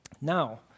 Now